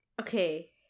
Okay